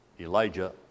Elijah